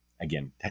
Again